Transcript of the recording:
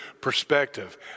perspective